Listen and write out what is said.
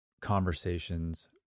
conversations